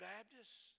Baptists